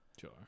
Sure